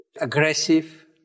aggressive